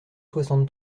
soixante